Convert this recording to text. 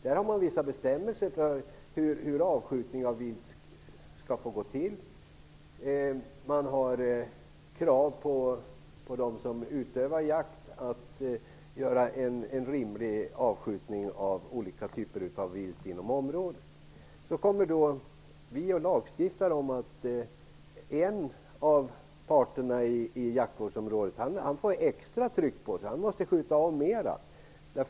Man har vissa bestämmelser för hur avskjutning av vilt skall få gå till. Det ställs på dem som utövar jakt krav att göra en rimlig avskjutning av olika typer av vilt inom området. Så kommer vi och lagstiftar om att en av parterna i jaktvårdsområdet får extra tryck på sig. Han måste skjuta av mera.